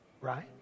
Right